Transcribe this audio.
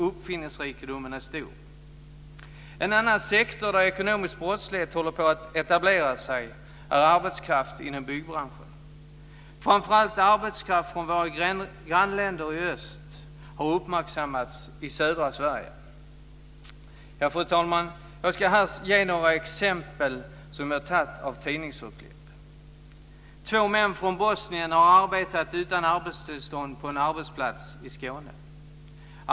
Uppfinningsrikedomen är stor. En annan sektor där ekonomisk brottslighet håller på att etablera sig gäller arbetskraft inom byggbranschen. Framför allt arbetskraft från våra grannländer i öst har uppmärksammats i södra Sverige. Fru talman! Jag ska här ge några exempel tagna från tidningsurklipp. Två män från Bosnien har arbetat utan arbetstillstånd på en arbetsplats i Skåne.